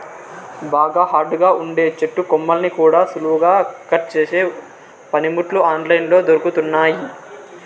బాగా హార్డ్ గా ఉండే చెట్టు కొమ్మల్ని కూడా సులువుగా కట్ చేసే పనిముట్లు ఆన్ లైన్ లో దొరుకుతున్నయ్యి